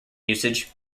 usage